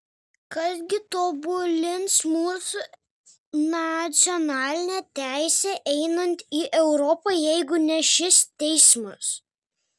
kas gi tobulins mūsų nacionalinę teisę einant į europą jeigu ne šis teismas